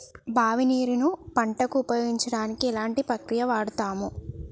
బావి నీరు ను పంట కు ఉపయోగించడానికి ఎలాంటి ప్రక్రియ వాడుతం?